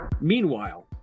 Meanwhile